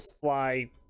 fly